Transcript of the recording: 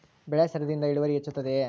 ಬೆಳೆ ಸರದಿಯಿಂದ ಇಳುವರಿ ಹೆಚ್ಚುತ್ತದೆಯೇ?